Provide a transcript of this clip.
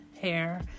hair